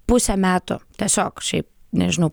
pusę metų tiesiog šiaip nežinau